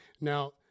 Now